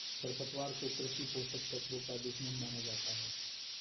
खरपतवार को कृषि पोषक तत्वों का दुश्मन माना जाता है